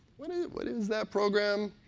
what ah what is that program?